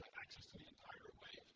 access to the and